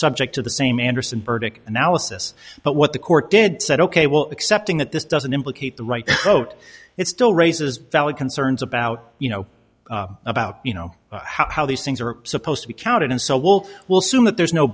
subject to the same anderson burdick analysis but what the court did said ok well except that this doesn't implicate the right to vote it still raises valid concerns about you know about you know how these things are supposed to be counted and so will will soon that there's no